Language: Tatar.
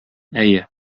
әйе